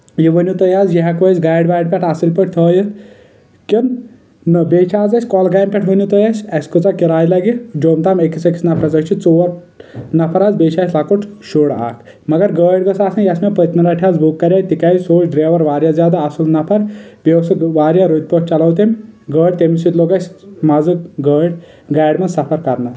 یہِ ؤنو تُہۍ حظ یہِ ہیٚکوا أسۍ گاڑِ واڑِ پٮ۪ٹھ اصٕل پٲٹھۍ تھٲیتھ کِن نہ بییٚہِ چھِ حظ اسہِ کۄلگامہِ پٮ۪ٹھ ؤنو تہۍ اسہِ اسہِ کۭژاہ کراے لگہِ جوٚم تام أکِس أکِس نفرس أسۍ چھِ ژور نفر حظ بییٚہِ چھ اسہِ لَکُٹ شُر اکھ مگر گٲڑۍ گٔژھ آسٕنۍ یۄس مےٚ پٔتۍ مہِ لٹہِ حظ بُک کریٚیہِ تِکیازِ سُہ اوس درایور واریاہ زیادٕ اصٕل نفر بییٚہِ اوس سُہ واریاہ رٔتۍ پٲٹھۍ چلٲو تٔمۍ گٲڑۍ تٔمِس سۭتۍ لوٚگ اسۍ مزٕ گٲڑۍ گاڑِ منٛز سفر کرنس